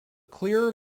clear